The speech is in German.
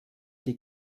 die